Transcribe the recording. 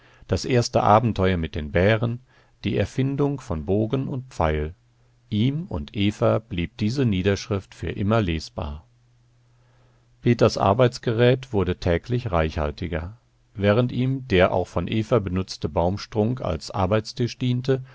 das erste abenteuer mit den bären die erfindung von bogen und pfeil ihm und eva blieb diese niederschrift für immer lesbar peters arbeitsgerät wurde täglich reichhaltiger während ihm der auch von eva benutzte baumstrunk als arbeitstisch diente